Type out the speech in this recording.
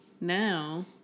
now